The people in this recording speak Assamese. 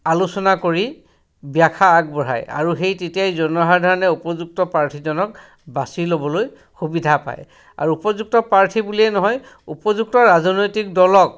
আলোচনা কৰি ব্য়াখ্যা আগবঢ়ায় আৰু সেই তেতিয়াই জনসাধাৰণে উপযুক্ত প্ৰাৰ্থীজনক বাছি ল'বলৈ সুবিধা পায় আৰু উপযুক্ত প্ৰাৰ্থী বুলিয়েই নহয় উপযুক্ত ৰাজনৈতিক দলক